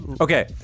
okay